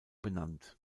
benannt